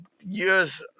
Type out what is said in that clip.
years